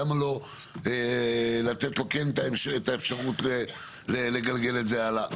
למה לא לתת לו את האפשרות לגלגל את זה הלאה?